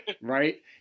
Right